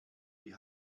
die